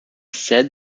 said